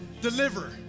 Deliver